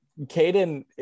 Caden